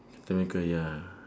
captain america ya